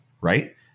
right